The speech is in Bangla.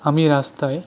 আমি রাস্তায়